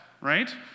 right